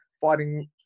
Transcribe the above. fighting